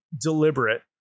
deliberate